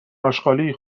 آشغالی